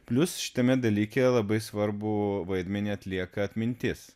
plius šitame dalyke labai svarbų vaidmenį atlieka atmintis